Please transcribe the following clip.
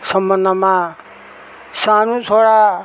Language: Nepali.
सम्बन्धमा सानो छोरा